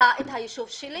היישוב שלי